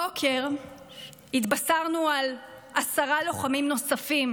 הבוקר התבשרנו על עשרה לוחמים נוספים